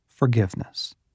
forgiveness